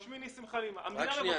נכון, שנאסור,